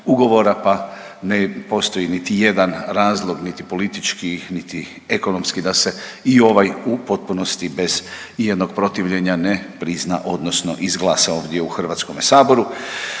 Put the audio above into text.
pa ne postoji niti jedan razlog niti politički, niti ekonomski da se i ovaj u potpunosti bez i jednog protivljenja ne prizna, odnosno izglasa ovdje u Hrvatskome saboru.